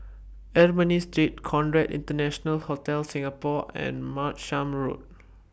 Ernani Street Conrad International Hotel Singapore and Martlesham Road